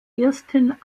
ersten